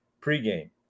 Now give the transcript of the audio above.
pregame